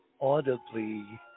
audibly